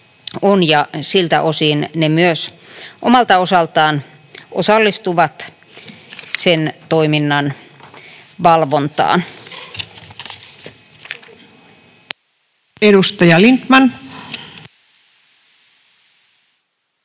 Siltä osin ne myös omalta osaltaan osallistuvat sen toiminnan valvontaan.